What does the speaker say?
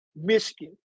Michigan